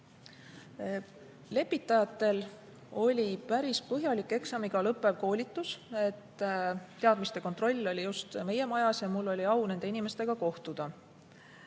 Lepitajatel oli päris põhjalik eksamiga lõppev koolitus. Teadmiste kontroll oli just meie majas ja mul oli au [ja võimalus] nende inimestega kohtuda.